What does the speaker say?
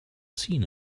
seen